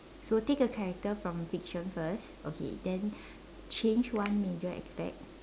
so take a character from fiction first okay then change one major aspect